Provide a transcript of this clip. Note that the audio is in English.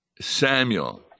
Samuel